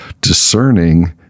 discerning